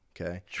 okay